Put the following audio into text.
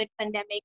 pandemic